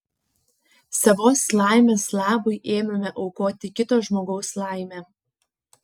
savos laimės labui ėmėme aukoti kito žmogaus laimę